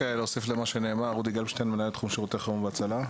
אני מנהל תחום שירותי חירום והצלה.